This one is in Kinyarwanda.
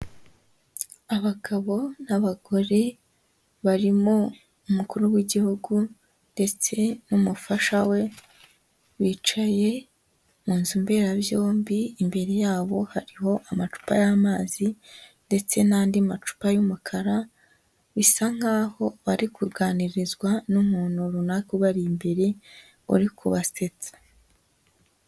Abagabo n'abagore barimo Umukuru w'Igihugu ndetse n'umufasha we bicaye mu nzu mberabyombi, imbere yabo hariho amacupa y'amazi ndetse n'andi macupa y'umukara, bisa nkaho bari kuganirizwa n'umuntu runaka ubari imbere uri kubasetsa.